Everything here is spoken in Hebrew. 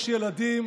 יש ילדים